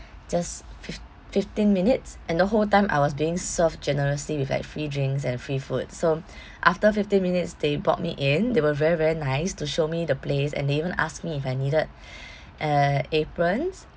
just fif~ fifteen minutes and the whole time I was being served generously with like free drinks and free food so after fifteen minutes they brought me in they were very very nice to show me the place and they even asked me if I needed uh aprons